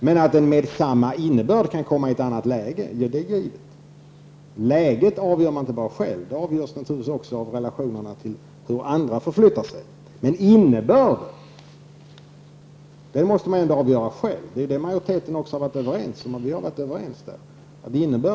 Men att neutralitetspolitiken med samma innebörd kan komma i ett annat läge, förstår jag inte. Läget avgör man inte bara själv, utan det avgörs naturligtvis också av hur andra förflyttar sig. Innebörden av neutralitetspolitiken måste man dock avgöra själv. Det har majoriteten också varit överens om.